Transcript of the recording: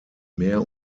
mehr